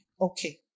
Okay